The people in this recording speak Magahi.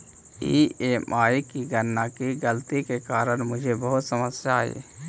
ई.एम.आई की गणना की गलती के कारण मुझे बहुत समस्या आई